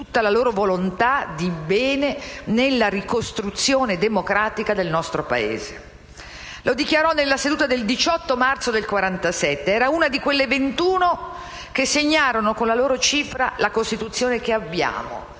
tutta la loro volontà di bene nella ricostruzione democratica del nostro Paese». Lo dichiarò nella seduta del 18 marzo del 1947. Era una di quelle 21 donne che segnarono con la loro cifra la Costituzione che abbiamo.